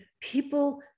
People